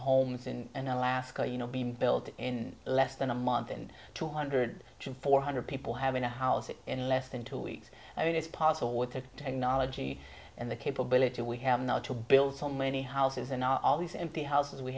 homes in in alaska you know being built in less than a month and two hundred to four hundred people have in a house in less than two weeks and it is possible with the technology and the capability we have now to build so many houses in our all these empty houses we